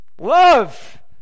Love